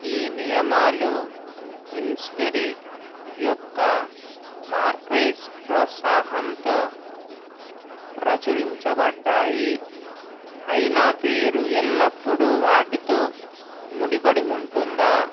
ఈ నియమాలు క్వీన్స్బెరీ యొక్క మర్కీస్ ప్రోత్సాహంతో ప్రచురించబడ్డాయి అయిన పేరు ఎల్లప్పుడూ వాటితో ముడిపడి ఉంటుందా